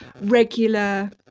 regular